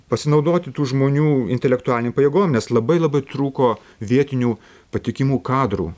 pasinaudoti tų žmonių intelektualinėm pajėgom nes labai labai trūko vietinių patikimų kadrų